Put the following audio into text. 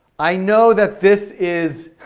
i know that this is,